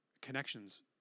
connections